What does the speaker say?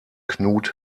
knut